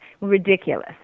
Ridiculous